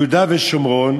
יהודה ושומרון,